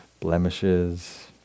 blemishes